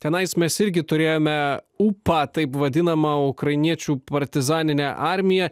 tenais mes irgi turėjome ūpą taip vadinama ukrainiečių partizaninė armija